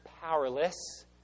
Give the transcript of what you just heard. powerless